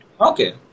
Okay